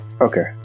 okay